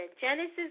Genesis